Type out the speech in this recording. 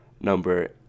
Number